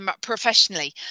professionally